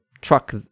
truck